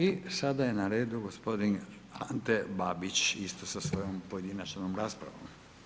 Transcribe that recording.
I sada je na redu gospodin Ante Babić, isto sa svojom pojedinačnom raspravom.